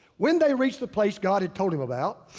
when they reach the place god had told him about.